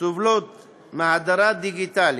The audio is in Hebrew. סובלות מהדרה דיגיטלית,